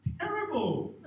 terrible